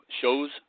shows